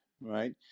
right